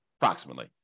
approximately